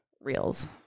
reels